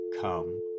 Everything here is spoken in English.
Come